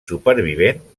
supervivent